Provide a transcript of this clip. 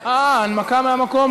אה, הנמקה מהמקום?